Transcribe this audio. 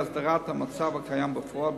הסדרת המצב הקיים בפועל,